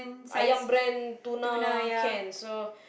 Ayam brand tuna can so